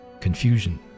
Confusion